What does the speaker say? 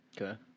Okay